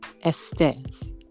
Estes